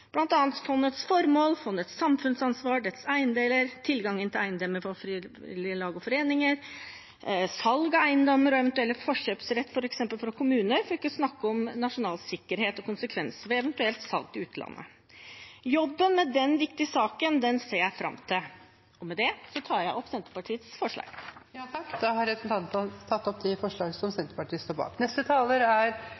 fondets formål, fondets samfunnsansvar, dets eiendeler, tilgangen til eiendommene for frivillige lag og foreninger, salg av eiendommer og eventuell forkjøpsrett f.eks. for kommuner, for ikke å snakke om nasjonal sikkerhet og konsekvenser av et eventuelt salg til utlandet. Jobben med den viktige saken ser jeg fram til. Med det tar jeg opp de forslagene Senterpartiet står bak. Da har representanten Aslaug Sem-Jacobsen tatt opp de